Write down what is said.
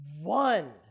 one